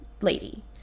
lady